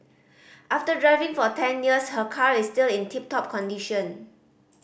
after driving for ten years her car is still in tip top condition